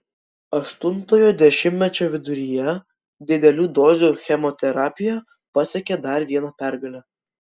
aštuntojo dešimtmečio viduryje didelių dozių chemoterapija pasiekė dar vieną pergalę